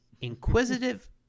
inquisitive